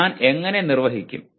ഞാൻ എങ്ങനെ നിർവ്വഹിക്കും